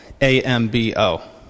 A-M-B-O